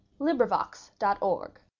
LibriVox.org